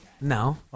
no